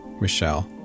Michelle